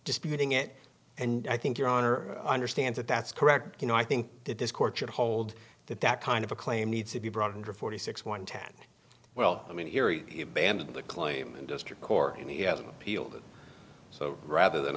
disputing it and i think your honor i understand that that's correct you know i think that this court should hold that that kind of a claim needs to be brought under forty six one tatt well i mean erie band of the claimant district court and he has an appeal that so rather than